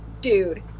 Dude